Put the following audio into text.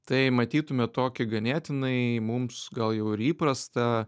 tai matytume tokį ganėtinai mums gal jau ir įprastą